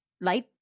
light